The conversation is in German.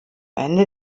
ende